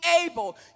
able